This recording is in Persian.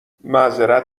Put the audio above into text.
معذرت